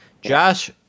Josh